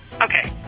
Okay